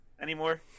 anymore